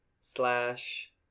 Slash